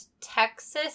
Texas